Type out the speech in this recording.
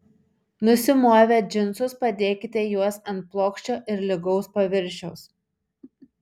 nusimovę džinsus padėkite juos ant plokščio ir lygaus paviršiaus